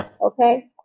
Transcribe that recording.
Okay